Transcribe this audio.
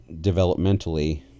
developmentally